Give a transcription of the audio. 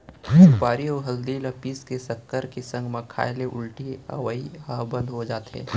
सुपारी अउ हरदी ल पीस के सक्कर के संग म खाए ले उल्टी अवई ह बंद हो जाथे